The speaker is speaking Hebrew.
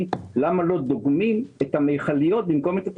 למה לא דוגמים את המכליות במקום את התחנות.